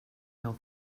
jag